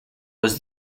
was